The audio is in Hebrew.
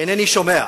אינני שומע.